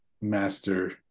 master